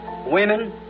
Women